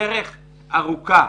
הדרך ארוכה,